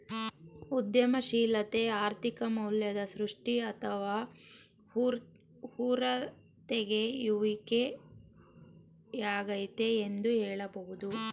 ಉದ್ಯಮಶೀಲತೆ ಆರ್ಥಿಕ ಮೌಲ್ಯದ ಸೃಷ್ಟಿ ಅಥವಾ ಹೂರತೆಗೆಯುವಿಕೆ ಯಾಗೈತೆ ಎಂದು ಹೇಳಬಹುದು